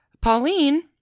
Pauline